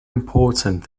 important